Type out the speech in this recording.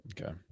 okay